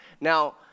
Now